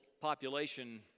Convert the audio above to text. population